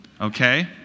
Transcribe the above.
Okay